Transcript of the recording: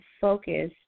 focus